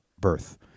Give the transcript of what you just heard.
birth